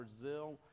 Brazil